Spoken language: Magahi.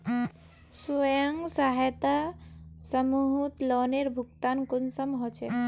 स्वयं सहायता समूहत लोनेर भुगतान कुंसम होचे?